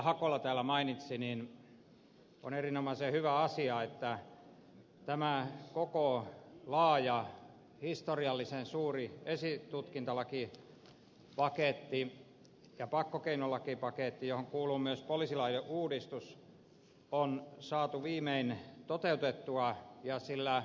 hakola täällä mainitsi on erinomaisen hyvä asia että tämä koko laaja historiallisen suuri esitutkintalakipaketti ja pakkokeinolakipaketti johon kuuluu myös poliisilain uudistus on saatu viimein toteutettua